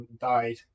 died